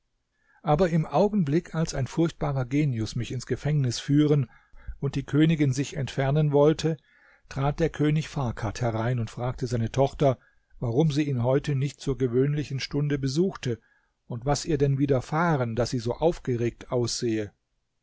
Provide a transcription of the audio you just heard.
aber im augenblick als ein furchtbarer genius mich ins gefängnis führen und die königin sich entfernen wollte trat der könig farkad herein und fragte seine tochter warum sie ihn heute nicht zur gewöhnlichen stunde besuchte und was ihr denn widerfahren daß sie so aufgeregt aussehe